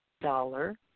dollar